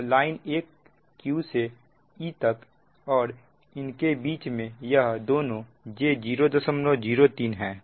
तो line 1 q से e तक है और इनके बीच में यह दोनों j003 है